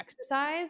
exercise